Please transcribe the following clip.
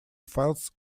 falls